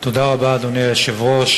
אדוני היושב-ראש,